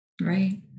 Right